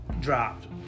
dropped